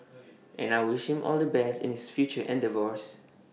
and I wish him all the best in his future endeavours